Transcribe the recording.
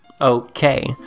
Okay